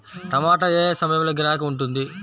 టమాటా ఏ ఏ సమయంలో గిరాకీ ఉంటుంది?